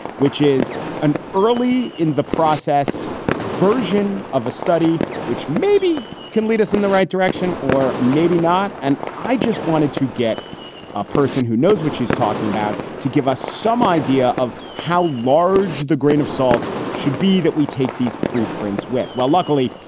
which is an early in the process version of a study which maybe can lead us in the right direction or maybe not. and i just wanted to get a person who knows what she's talking about to give us some idea of how large the grain of salt should be that we take these preprint with. well, luckily,